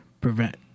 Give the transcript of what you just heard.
prevent